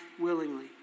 willingly